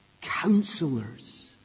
counselors